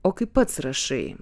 o kai pats rašai